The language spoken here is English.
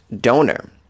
donor